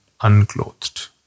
unclothed